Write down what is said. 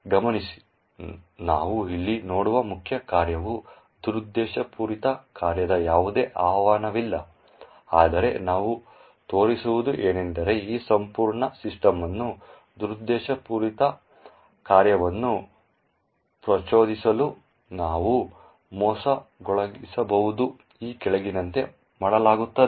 ಗಮನಿಸಿ ನಾವು ಇಲ್ಲಿ ನೋಡುವ ಮುಖ್ಯ ಕಾರ್ಯವು ದುರುದ್ದೇಶಪೂರಿತ ಕಾರ್ಯದ ಯಾವುದೇ ಆಹ್ವಾನವಿಲ್ಲ ಆದರೆ ನಾವು ತೋರಿಸುವುದು ಏನೆಂದರೆ ಈ ಸಂಪೂರ್ಣ ಸಿಸ್ಟಮ್ ಅನ್ನು ದುರುದ್ದೇಶಪೂರಿತ ಕಾರ್ಯವನ್ನು ಪ್ರಚೋದಿಸಲು ನಾವು ಮೋಸಗೊಳಿಸಬಹುದು ಈ ಕೆಳಗಿನಂತೆ ಮಾಡಲಾಗುತ್ತದೆ